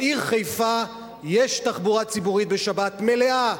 בעיר חיפה יש תחבורה ציבורית בשבת, מלאה.